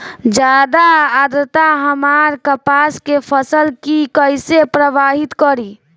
ज्यादा आद्रता हमार कपास के फसल कि कइसे प्रभावित करी?